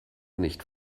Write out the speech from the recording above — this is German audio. nicht